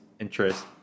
interest